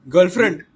Girlfriend